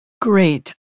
Great